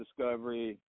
discovery